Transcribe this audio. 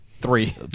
three